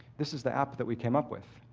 this is the app that we came up with.